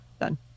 Done